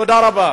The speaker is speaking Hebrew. תודה רבה.